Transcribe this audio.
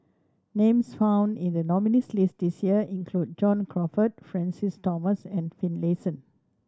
names found in the nominees' list this year include John Crawfurd Francis Thomas and Finlayson